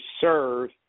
serve